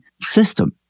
system